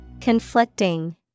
Conflicting